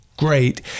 great